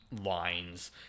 lines